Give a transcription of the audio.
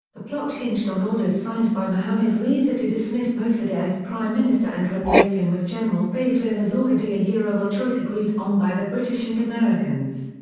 the plot hinged on orders signed by mohammad reza to dismiss mosaddegh as prime minister and replace him with general fazlollah zahedi yeah a ah choice agreed on by the british and americans.